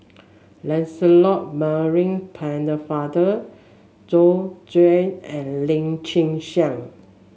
Lancelot Maurice Pennefather Joyce Jue and Lim Chin Siong